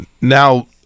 Now